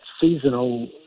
seasonal